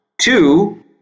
Two